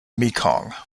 mekong